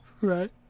Right